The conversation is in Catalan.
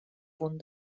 punt